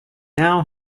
now